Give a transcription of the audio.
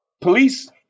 police